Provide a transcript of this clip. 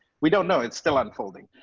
we don't know it's still unfolding.